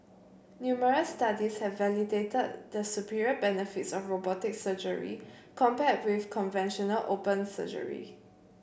numerous studies have validated the superior benefits of robotic surgery compared with conventional open surgery